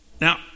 Now